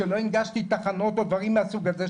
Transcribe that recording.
כשלא הנגשתי תחנות או דברים מהסוג הזה,